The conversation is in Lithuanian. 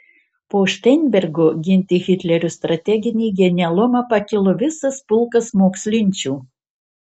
po šteinbergo ginti hitlerio strateginį genialumą pakilo visas pulkas mokslinčių